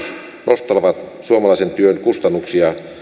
nostavat suomalaisen työn kustannuksia